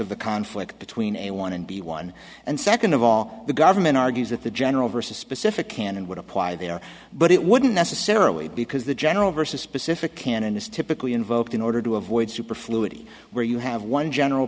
of the conflict between a one and b one and second of all the government argues that the general vs specific canon would apply there but it wouldn't necessarily because the general vs specific canon is typically invoked in order to avoid superfluity where you have one general